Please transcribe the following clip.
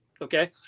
Okay